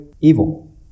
evil